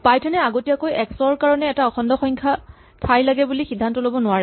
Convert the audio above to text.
Python এ আগতীয়াকৈ X ৰ কাৰণে এটা অখণ্ড সংখ্যাৰ ঠাই লাগে বুলি সীদ্ধান্ত ল'ব নোৱাৰে